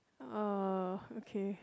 uh okay